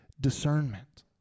discernment